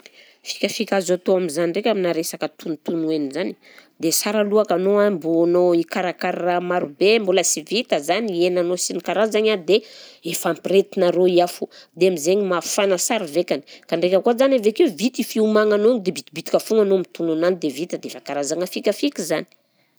Fikafika azo atao am'zany ndraika aminà resaka tonotono hena zany, dia sara alohaka anao a mbô anao hikarakara marobe mbola sy vita zany ny henanao sy ny kaarazagny a dia efa ampirehetina arô i afo, dia am'zegny mafana sara vaikany, ka ndraika koa zany avy akeo vita i fiomagnanao dia bitibitika foagna anao mitono anany dia vita dia efa karazagna fikafika zany.